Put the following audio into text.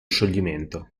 scioglimento